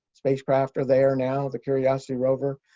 spacecraft are there now, the curiosity rover.